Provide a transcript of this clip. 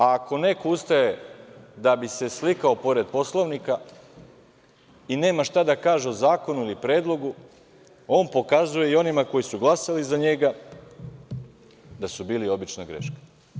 Ako neko ustaje da bi se slikao pored Poslovnika i nema šta da kaže o zakonu ili predlogu, on pokazuje i onima koji su glasali za njega da su bili obična greška.